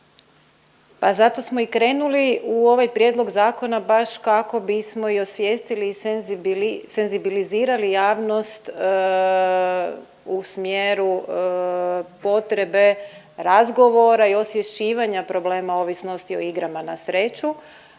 Pa zato smo i krenuli u ovaj prijedlog zakona baš kako bismo i osvijestili i senzibili… senzibilizirali javnost u smjeru potrebe razgovora i osvješćivanja problema ovisnosti o igrama na sreću.